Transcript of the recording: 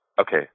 okay